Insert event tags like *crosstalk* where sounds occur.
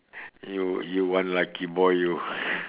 you you one lucky boy you *laughs*